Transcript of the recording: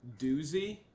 Doozy